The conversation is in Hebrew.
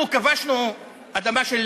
אנחנו כבשנו אדמה של